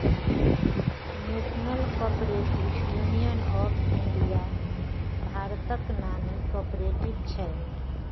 national cooperative union of India भारतक नामी cooperative छै